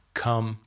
come